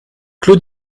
clos